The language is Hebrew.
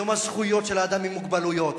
יום הזכויות של האדם עם מוגבלויות.